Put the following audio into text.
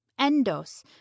Endos